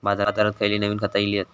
बाजारात खयली नवीन खता इली हत?